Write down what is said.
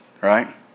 right